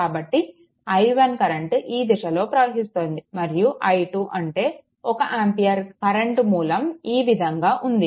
కాబట్టి i1 current ఈ దిశలో ప్రవహిస్తోంది మరియు i2 అంటే 1 ఆంపియర్ కరెంట్ మూలం ఈ విధంగా ఉంది